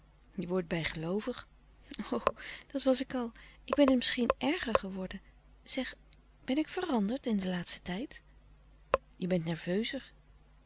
je wordt bijgeloovig o dat was ik al ik ben het misschien erger geworden zeg ben ik veranderd in den laatsten tijd je bent nerveuzer